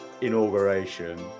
inauguration